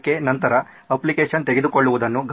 ನಂತರ ಅಪ್ಲಿಕೇಶನ್ ತೆಗೆದುಕೊಳ್ಳುವುದನ್ನು ಗಮನಿಸಿ